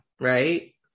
right